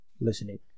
listening